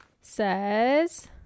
says